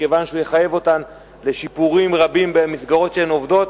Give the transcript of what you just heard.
מכיוון שהוא יחייב אותן לשיפורים רבים במסגרות שהן עובדות,